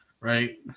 Right